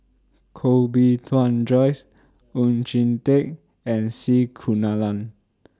Koh Bee Tuan Joyce Oon Jin Teik and C Kunalan